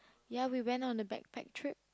ya we went on the backpack trip